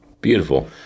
Beautiful